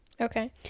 okay